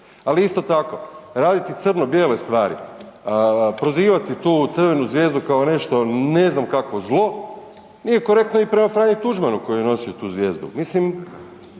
Ali isto tako raditi crno bijele stvari, prozivati tu crvenu zvijezdu kao nešto ne znam kakvo zlo nije korektno ni prema Franji Tuđmanu koji je nosio tu zvijezdu.